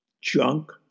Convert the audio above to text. junk